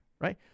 right